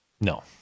No